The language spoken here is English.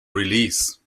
release